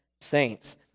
saints